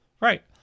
right